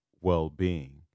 well-being